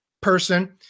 person